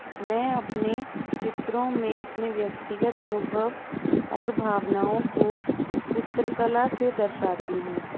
मैं अपने चित्रों मैं अपने व्यक्तिगत अनुभव और भावनाओं को चित्रकला से दर्शाती हूँ